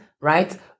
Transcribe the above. right